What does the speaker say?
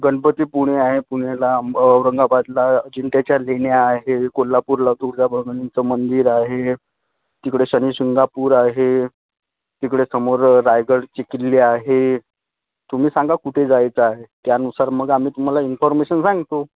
गणपतीपुळे आहे पुणेला अंब औरंगाबादला अजिंठ्याच्या लेण्या आहे कोल्हापूरला दुर्गाभवानीचं मंदिर आहे तिकडे शनि शिंगणापूर आहे तिकडे समोर रायगडची किल्ले आहे तुम्ही सांगा कुठे जायचं आहे त्यानुसार मग आम्ही तुम्हाला इन्फॉर्मेशन सांगतो